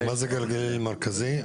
מה זה גליל מרכזי?